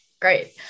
Great